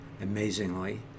amazingly